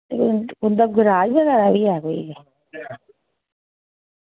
ते उं'दा गैराज बी ऐ कोई केह्